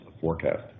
forecast